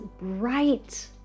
bright